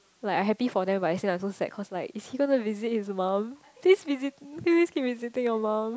like I happy for them but still I so sad cause like is he going to visit his mum please visit please keep visiting your mum